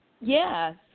yes